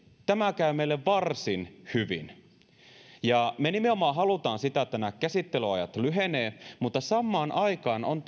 tämä käy meille varsin hyvin me nimenomaan haluamme sitä että nämä käsittelyajat lyhenevät mutta samaan aikaan on